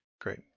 Great